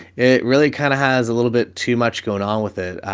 it really kind of has a little bit too much going on with it.